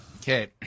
Okay